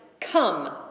come